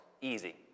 Easy